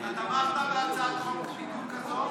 אתה תמכת בהצעת חוק בדיוק כזאת